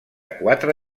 quatre